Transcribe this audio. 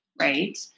right